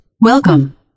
Welcome